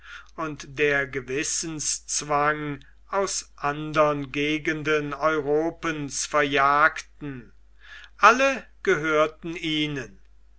und der gewissenszwang aus anderen gegenden europens verjagten alle gehörten ihnen